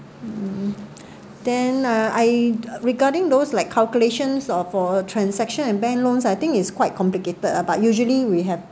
mmhmm I regarding those like calculations or for transaction and bank loans I think it's quite complicated ah but usually we have